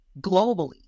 globally